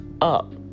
up